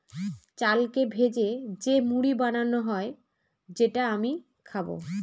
চালকে ভেজে যে মুড়ি বানানো হয় যেটা আমি খাবো